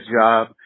job